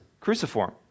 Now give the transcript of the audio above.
cruciform